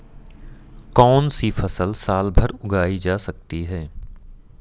कौनसी फसल साल भर उगाई जा सकती है?